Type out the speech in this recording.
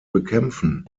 bekämpfen